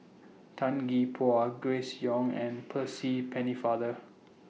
Tan Gee Paw Grace Young and Percy Pennefather